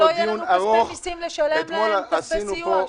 לא יהיו לנו כספי מסים לשלם להם, כספי סיוע.